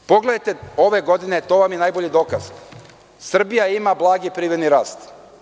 Pogledajte ove godine, to vam je najbolji dokaz, Srbija ima blagi privredni rast.